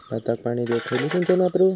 भाताक पाणी देऊक खयली सिंचन वापरू?